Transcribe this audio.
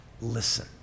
listen